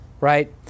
right